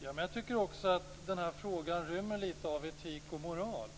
Men jag tycker också att den här frågan rymmer litet av etik och moral.